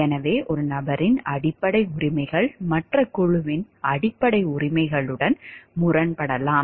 எனவே ஒரு நபரின் அடிப்படை உரிமைகள் மற்ற குழுவின் அடிப்படை உரிமைகளுடன் முரண்படலாம்